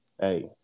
hey